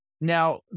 Now